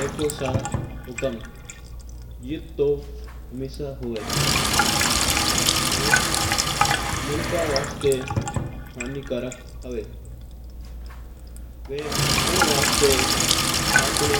देखो सा हुकम गिप तू हमेशा हुआ वोओ मनका बंवस्ता हानिकारक हुआ। वा आपनो